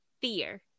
fear